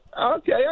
okay